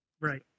Right